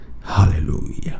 Hallelujah